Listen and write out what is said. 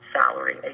salary